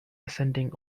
ascending